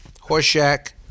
Horseshack